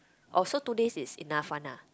oh so two days is enough one ah